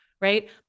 right